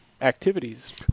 Activities